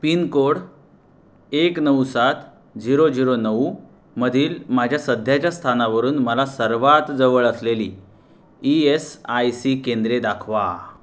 pin code एक नऊ सात झिरो झिरो नऊ मधील माझ्या सध्याच्या स्थानावरून मला सर्वात जवळ असलेली ई एस आय सी केंद्रे दाखवा